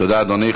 תודה, אדוני.